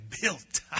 built